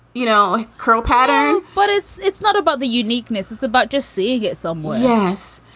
you know, curl pattern but it's it's not about the uniqueness. it's about just see. yes um yes.